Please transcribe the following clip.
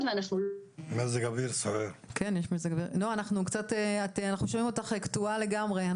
ואנחנו --- נועה אנחנו שומעים אותך קטועה לגמרי.